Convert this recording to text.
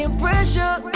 pressure